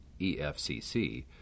EFCC